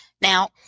Now